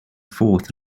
fourth